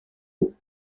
haut